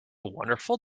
wonderful